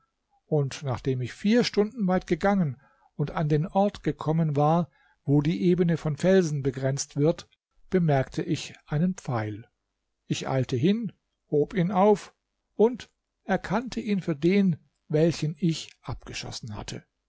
und nachdem ich vier stunden weit gegangen und an den ort gekommen war wo die ebene von felsen begrenzt wird bemerkte ich einen pfeil ich eilte hin hob ihn auf und erkannte ihn für den welchen ich abgeschossen hatte